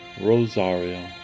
Rosario